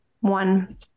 one